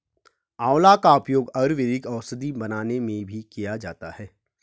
आंवला का उपयोग आयुर्वेदिक औषधि बनाने में भी किया जाता है